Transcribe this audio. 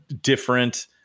different